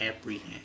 apprehend